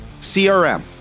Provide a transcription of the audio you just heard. CRM